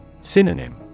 Synonym